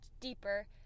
deeper